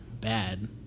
bad